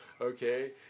okay